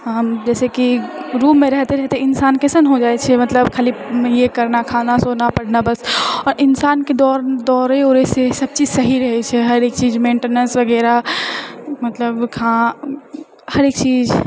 हम जैसे कि रूममे रहते रहते इन्सान कइसन होइ जाइ छै मतलब खाली ये करना खाना सोना पढ़ना बस आओर इन्सान कऽ दौड़ दौड़ै उड़ए से सभचीज सही रहै छै हरेक चीजमे मेन्टिनेन्स वगैरह मतलब खा हरेक चीज